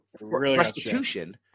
Restitution